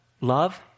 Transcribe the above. love